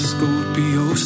Scorpio